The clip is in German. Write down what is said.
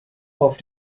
auf